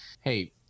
hey